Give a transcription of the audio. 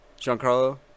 Giancarlo